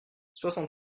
soixante